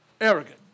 Arrogant